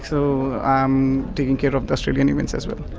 so i'm taking care of the australian events as well.